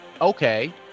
Okay